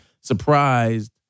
surprised